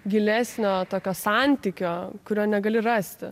gilesnio tokio santykio kurio negali rasti